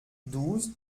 douze